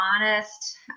honest